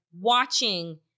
watching